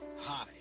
Hi